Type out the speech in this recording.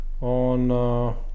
on